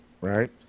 right